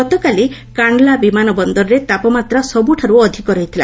ଗତକାଲି କାଶ୍ଚଲା ବିମାନ ବନ୍ଦରରେ ତାପମାତ୍ରା ସବୁଠାରୁ ଅଧିକ ରହିଥିଲା